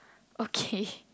okay